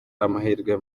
amahirwe